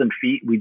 feet